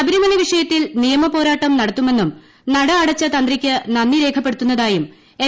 ശബരിമല വിഷയത്തിൽ നിയമപോരാട്ടം നടത്തുമെന്നും നട അടച്ച തന്ത്രിക്ക് നന്ദി രേഖപ്പെടുത്തുന്നതായും എൻ